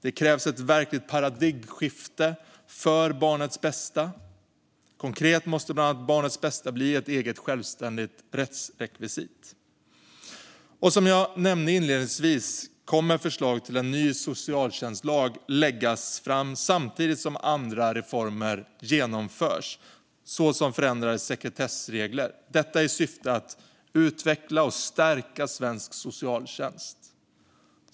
Det krävs ett verkligt paradigmskifte för barnets bästa. Konkret måste bland annat barnets bästa bli ett eget självständigt rättrekvisit. Och som jag nämnde inledningsvis kommer förslag till en ny socialtjänstlag att läggas fram samtidigt som andra reformer genomförs, såsom förändrade sekretessregler, detta i syfte att utveckla och stärka svensk socialtjänst.